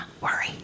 worry